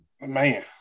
man